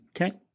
okay